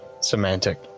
semantic